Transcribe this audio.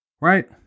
Right